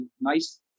nice